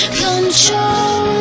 control